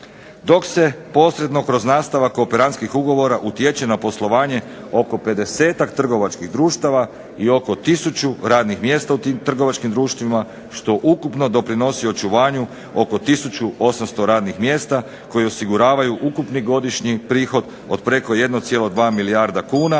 dok se posredno kroz nastavak kooperantskih ugovora utječe na poslovanje oko pedesetak trgovačkih društava i oko 1000 radnih mjesta u tim trgovačkim društvima što ukupno doprinosi očuvanju oko 1800 radnih mjesta koji osiguravaju ukupni godišnji prihod od preko 1,2 milijarda kuna